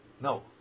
No